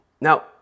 Now